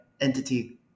entity